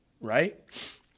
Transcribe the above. right